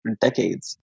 decades